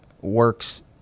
works